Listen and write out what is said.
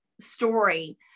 story